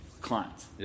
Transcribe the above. clients